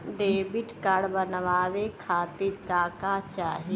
Debit card बनवावे खातिर का का चाही?